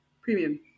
premium